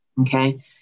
okay